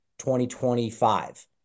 2025